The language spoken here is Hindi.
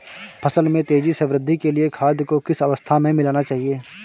फसल में तेज़ी से वृद्धि के लिए खाद को किस अवस्था में मिलाना चाहिए?